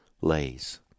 lays